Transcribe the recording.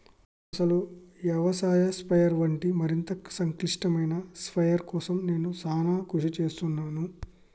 అసలు యవసాయ స్ప్రయెర్ వంటి మరింత సంక్లిష్టమైన స్ప్రయెర్ కోసం నేను సానా కృషి సేస్తున్నాను